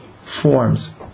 forms